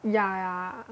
ya ya